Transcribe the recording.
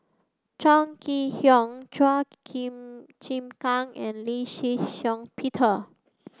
Chong Kee Hiong Chua Chim Chin Kang and Lee Shih Shiong Peter